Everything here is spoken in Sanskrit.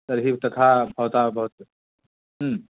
तर्हि तथा भवतः भवत्